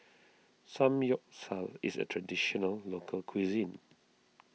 Samgyeopsal is a Traditional Local Cuisine